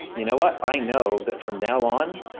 you know what? i know that from now on,